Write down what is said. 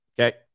Okay